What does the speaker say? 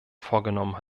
vorgenommen